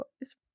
Boys